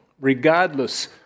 regardless